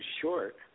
short